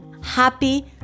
happy